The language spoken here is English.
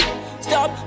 Stop